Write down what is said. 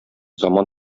заман